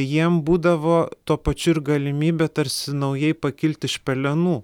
jiem būdavo tuo pačiu ir galimybė tarsi naujai pakilt iš pelenų